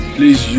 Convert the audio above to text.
Please